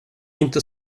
inte